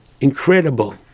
incredible